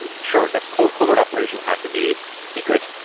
yeah sure. they've caught covert operations have to be secret.